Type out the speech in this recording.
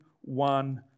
one